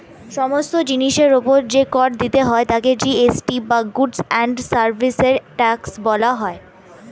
সমস্ত জিনিসের উপর যে কর দিতে হয় তাকে জি.এস.টি বা গুডস্ অ্যান্ড সার্ভিসেস ট্যাক্স বলা হয়